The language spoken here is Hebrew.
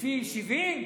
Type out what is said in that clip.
לפי שבעים?